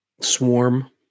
swarm